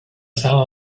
sal